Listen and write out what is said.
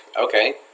okay